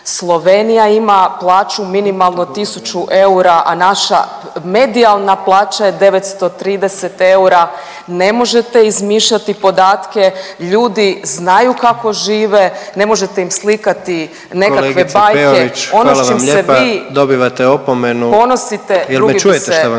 Slovenija ima plaću minimalnu tisuću eura, a naša medijalna plaća je 930 eura. Ne možete izmišljati podatke, ljudi znaju kako žive, ne možete im slikati neke bajke …/Upadica predsjednik: